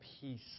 peace